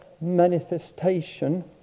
manifestation